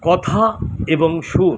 কথা এবং সুর